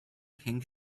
pink